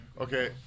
Okay